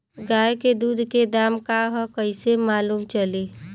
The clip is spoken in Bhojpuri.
गाय के दूध के दाम का ह कइसे मालूम चली?